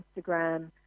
Instagram